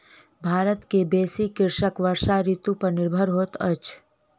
भारत के बेसी कृषक वर्षा ऋतू पर निर्भर होइत अछि